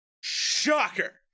Shocker